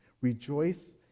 rejoice